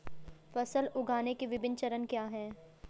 फसल उगाने के विभिन्न चरण क्या हैं?